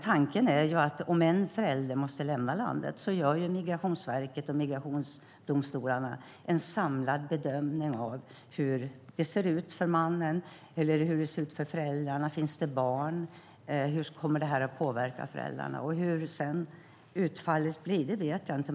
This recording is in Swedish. Tanken är att om en förälder måste lämna landet gör Migrationsverket och migrationsdomstolarna en samlad bedömning av hur det ser ut för mannen och för föräldrarna. Finns det barn? Hur kommer detta att påverka föräldrarna? Hur utfallet sedan blir vet jag inte.